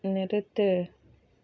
நிறுத்து